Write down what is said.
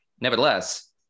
Nevertheless